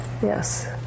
Yes